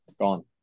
gone